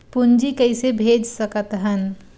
पूंजी कइसे भेज सकत हन?